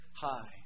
high